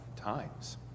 times